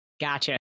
Gotcha